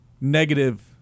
negative